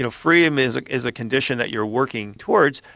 ah freedom is is a condition that you're working towards.